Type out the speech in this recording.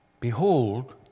Behold